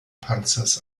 panzers